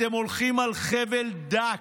אתם הולכים על חבל דק.